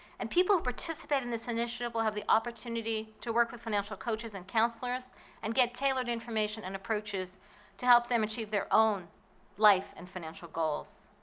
and people who participate in this initiative will have the opportunity to work with financial coaches and counselors and get tailored information and approaches to help them achieve their own life and financial goals.